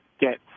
get